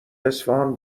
اصفهان